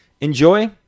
enjoy